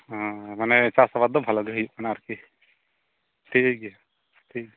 ᱦᱮᱸ ᱪᱟᱥ ᱟᱵᱟᱫᱽ ᱫᱚ ᱵᱷᱟᱞᱮ ᱜᱮ ᱦᱩᱭᱩᱜ ᱠᱟᱱᱟ ᱟᱨᱠᱤ ᱴᱷᱤᱠ ᱜᱮᱭᱟ ᱴᱷᱤᱠ